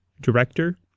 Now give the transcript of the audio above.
director